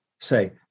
say